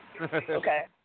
Okay